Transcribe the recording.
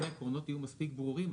אם העקרונות יהיו מספיק ברורים,